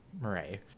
Murray